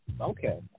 okay